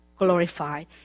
Glorified